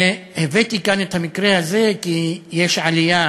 הבאתי לכאן את המקרה הזה כי יש עלייה,